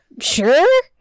sure